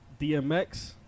DMX